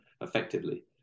effectively